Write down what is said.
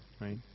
right